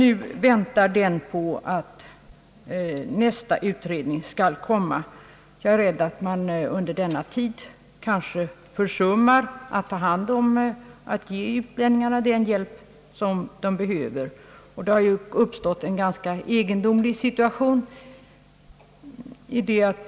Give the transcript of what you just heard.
Nu väntar den i sin tur på att nästa utredning skall komma, och jag är rädd att man på detta sätt kanske försummar att ge utlänningarna eller invandrarna den hjälp de behöver. En ganska egendomlig situation har uppstått.